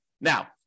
Now